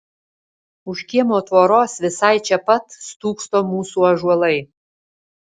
už kiemo tvoros visai čia pat stūkso mūsų ąžuolai